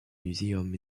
museum